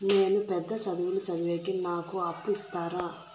నేను పెద్ద చదువులు చదివేకి నాకు అప్పు ఇస్తారా